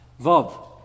Vov